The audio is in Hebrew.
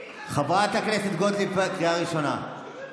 חברת הכנסת גוטליב, קריאה ראשונה.